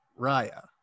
Raya